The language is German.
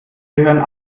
gehören